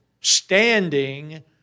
standing